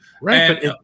Right